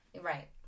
Right